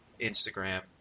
Instagram